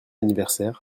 anniversaire